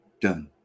done